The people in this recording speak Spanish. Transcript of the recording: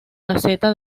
gaceta